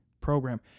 program